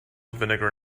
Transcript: vinegar